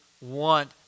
want